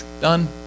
done